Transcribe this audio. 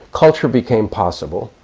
culture became possible,